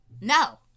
No